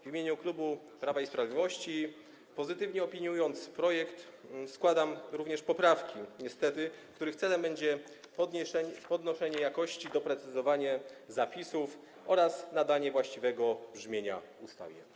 W imieniu klubu Prawa i Sprawiedliwości, pozytywnie opiniując projekt, składam również poprawki, niestety, których celem będzie podnoszenie jakości, doprecyzowanie zapisów oraz nadanie właściwego brzmienia ustawie.